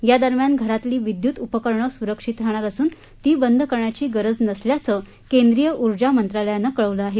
या दरम्यान घरातली विद्युत उपकरणे सुरक्षित राहणार असून ती बंद करण्याची गरज नसल्याचं केंद्रीय ऊर्ज मंत्रालयानं कळवलं आहे